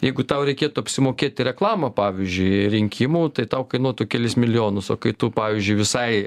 jeigu tau reikėtų apsimokėti reklamą pavyzdžiui rinkimų tai tau kainuotų kelis milijonus o kai tu pavyzdžiui visai